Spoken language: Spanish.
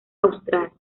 austral